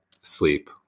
sleep